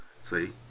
see